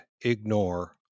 ignore